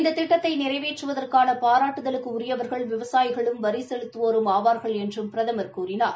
இந்த திட்டத்தை நிறைவேற்றுவதற்கான பாராட்டுதலுக்கு உரியவர்கள் விவசாயிகளும் வரி செலுத்துவோரும் ஆவார்கள் என்றும் பிரதமர் கூறினார்